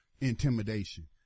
intimidation